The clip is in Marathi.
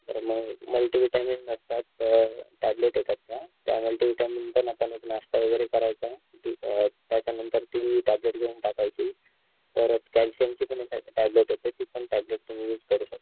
तर मग मल्टीव्हिटॅमिन असतात टॅब्लेट येतात त्या त्या मल्टीव्हिटॅमिन पण आपण एक नाश्ता वगैरे करायचा त्याच्यानंतर ती टॅब्लेट घेऊन टाकायची परत कॅल्शियमची पण एक टॅब्लेट येते ती पण टॅबलेट तुम्ही यूज करू शकता